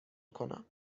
کنم